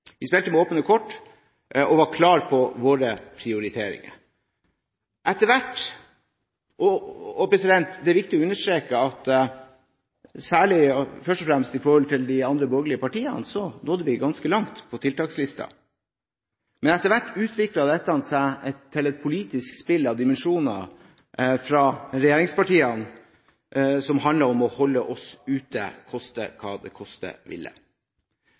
Vi spilte med åpne kort og var klare på våre prioriteringer. Det er viktig å understreke at først og fremst i forhold til de andre borgerlige partiene nådde vi ganske langt på tiltakslisten. Men etter hvert utviklet dette seg fra regjeringspartiene til et politisk spill av dimensjoner. Det handlet om å holde oss ute, koste hva det koste ville.